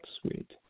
sweet